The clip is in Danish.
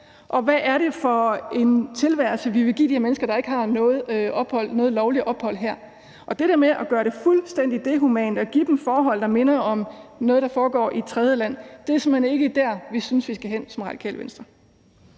Hvad er det for en tilværelse, vi vil give de her mennesker, der ikke har noget lovligt ophold her? Det der med at gøre det fuldstændig inhumant og give dem forhold, der minder om noget, der foregår i et tredjeland, er simpelt hen ikke et sted, hvor vi i Radikale Venstre